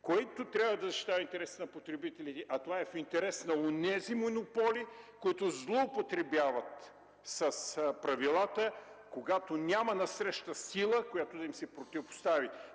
който трябва да защитава интересите на потребителите. Това е в интерес на онези монополи, които злоупотребяват с правилата, когато няма насреща сила, която да им се противопостави.